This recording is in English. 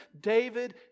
David